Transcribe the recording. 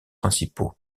principaux